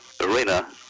arena